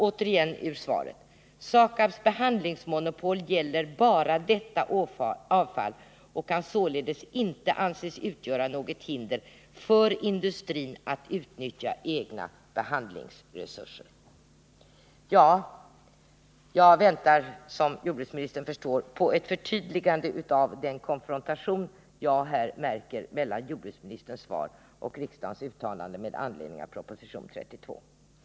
— Återigen till svaret: ”SAKAB:s behandlingsmonopol gäller bara detta avfall och kan således inte anses utgöra något hinder för industrin att utnyttja egna behandlingsresurser.” Jag väntar, som jordbruksministern förstår, på ett förtydligande av den konfrontation jag här märker mellan jordbruksministerns svar och riksdagens uttalande med anledning av proposition 1975:32.